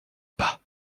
pas